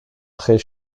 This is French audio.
très